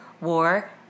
war